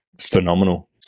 phenomenal